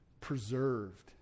preserved